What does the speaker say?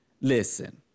Listen